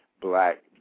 Black